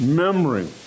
memory